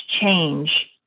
change